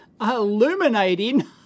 illuminating